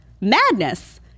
madness